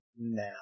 now